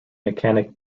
mechanic